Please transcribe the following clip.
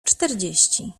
czterdzieści